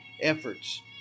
efforts